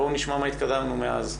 בואו נשמע במה התקדמנו מאז.